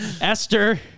Esther